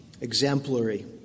exemplary